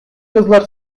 kazılar